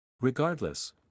Regardless